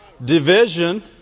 Division